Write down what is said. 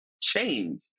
change